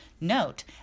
Note